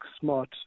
smart